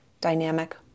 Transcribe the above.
dynamic